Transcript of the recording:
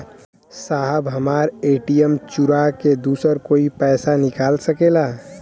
साहब हमार ए.टी.एम चूरा के दूसर कोई पैसा निकाल सकेला?